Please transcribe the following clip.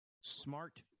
smart